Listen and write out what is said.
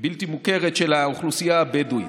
ובלתי מוכרת של האוכלוסייה הבדואית.